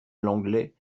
lenglet